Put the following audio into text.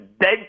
dead